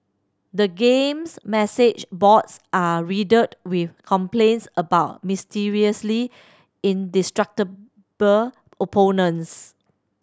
the game's message boards are riddled with complaints about mysteriously indestructible opponents